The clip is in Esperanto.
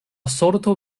sorto